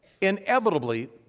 Inevitably